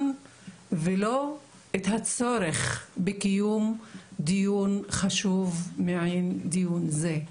ולא את הצורך בקיום דיון חשוב מדיון זה.